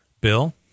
Bill